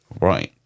Right